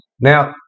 Now